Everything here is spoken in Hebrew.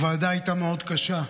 הישיבה הייתה מאוד קשה,